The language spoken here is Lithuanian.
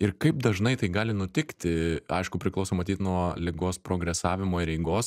ir kaip dažnai tai gali nutikti aišku priklauso matyt nuo ligos progresavimo ir eigos